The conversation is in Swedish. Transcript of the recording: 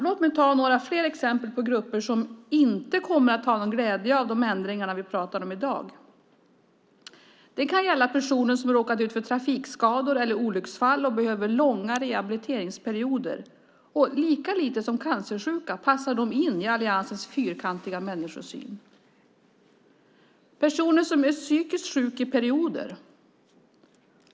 Låt mig ta några fler exempel på grupper som inte kommer att ha någon glädje av de ändringar som vi pratar om i dag. Det kan gälla personer som har råkat ut för trafikskador eller olycksfall och behöver långa rehabiliteringsperioder. Lika lite som cancersjuka passar de in i alliansens fyrkantiga människosyn. Det handlar om personer som är psykiskt sjuka i perioder.